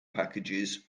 packages